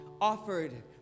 offered